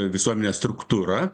visuomenės struktūra